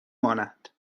مانند